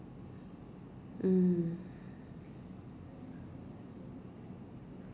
mm